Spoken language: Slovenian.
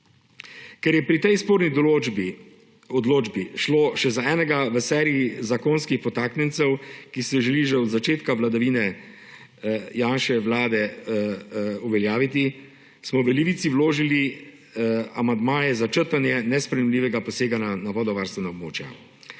Ker je pri tej sporni določbi šlo še za enega v seriji zakonskih podtaknjencev, ki se jih želi že od začetka vladavine Janševe vlade uveljaviti, smo v Levici vložili amandmaje za črtanje nesprejemljivega posega na vodovarstvena območja.